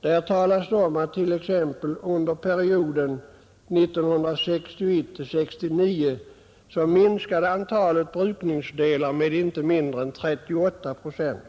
Dessa undersökningar visar t.ex. att antalet brukningsdelar under perioden 1961—1969 minskade med inte mindre än 38 procent.